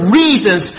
reasons